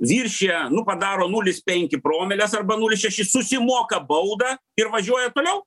viršija nu padaro nulis penki promilės arba nulis šeši susimoka baudą ir važiuoja toliau